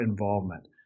involvement